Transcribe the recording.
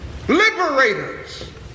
liberators